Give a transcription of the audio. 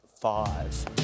five